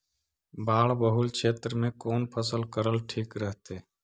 बाढ़ बहुल क्षेत्र में कौन फसल करल ठीक रहतइ?